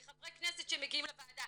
מה את קופצת כל הזמן?